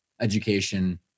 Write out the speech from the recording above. education